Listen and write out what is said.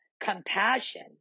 compassion